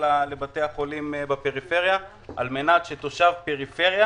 לבתי החולים בפריפריה על-מנת שתושב פריפריה